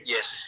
Yes